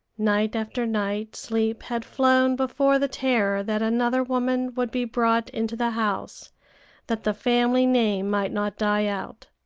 night after night sleep had flown before the terror that another woman would be brought into the house that the family name might not die out.